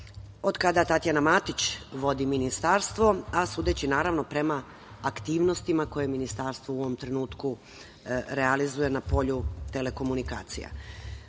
od kada Tatjana Matić vodi ministarstvo, a sudeći, naravno, prema aktivnostima koje Ministarstvo u ovom trenutku realizuje na polju telekomunikacija. Dozvolite